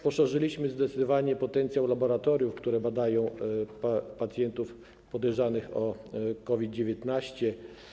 Poszerzyliśmy zdecydowanie potencjał laboratoriów, które badają pacjentów podejrzanych o COVID-19.